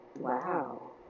wow